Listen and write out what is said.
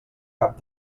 cap